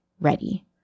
ready